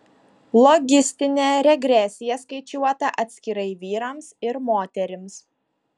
logistinė regresija skaičiuota atskirai vyrams ir moterims